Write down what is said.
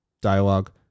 dialogue